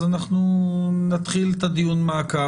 אז נתחיל את דיון המעקב,